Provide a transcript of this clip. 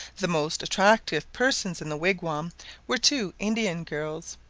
the most attractive persons in the wigwam were two indian girls,